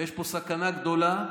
ויש פה סכנה גדולה.